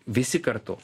visi kartu